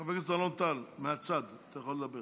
חבר הכנסת אלן טל, אתה יכול לדבר